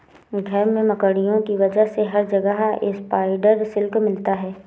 घर में मकड़ियों की वजह से हर जगह स्पाइडर सिल्क मिलता है